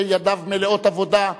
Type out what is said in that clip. שידיו מלאות עבודה,